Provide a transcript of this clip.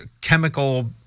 chemical